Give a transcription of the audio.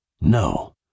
No